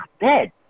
dead